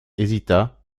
hésita